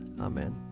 Amen